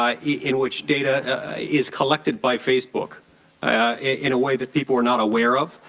ah in which data is collected by facebook in a way that people are not aware of.